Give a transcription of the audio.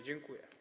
Dziękuję.